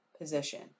position